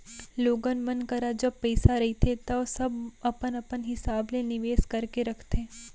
लोगन मन करा जब पइसा रहिथे तव सब अपन अपन हिसाब ले निवेस करके रखथे